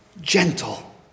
gentle